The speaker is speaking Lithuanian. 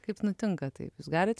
kaip nutinka taip jūs galit